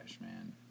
man